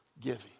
giving